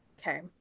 Okay